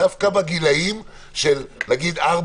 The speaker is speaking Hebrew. מדובר דווקא בגילאי 4